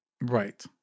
Right